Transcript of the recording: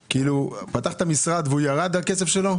פתחת משרד והכסף שלו ירד?